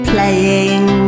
Playing